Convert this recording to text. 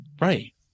Right